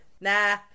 nah